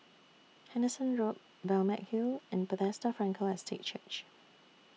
Henderson Road Balmeg Hill and Bethesda Frankel Estate Church